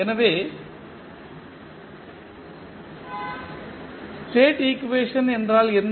எனவே state equation என்றால் என்ன